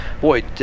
Boy